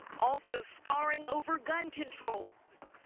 also sparring over gun control six.